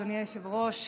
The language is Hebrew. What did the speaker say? אדוני היושב-ראש.